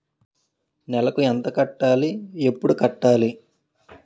నెలకు ఎంత కట్టాలి? ఎప్పుడు కట్టాలి?